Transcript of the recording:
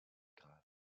grave